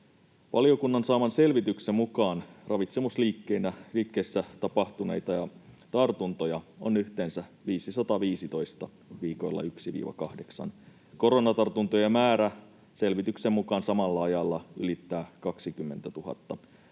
Valiokunnan saaman selvityksen mukaan ravitsemusliikkeissä tapahtuneita tartuntoja on yhteensä 515 viikoilla 1—8. Koronatartuntojen määrä selvityksen mukaan samalla ajalla ylittää 20 000.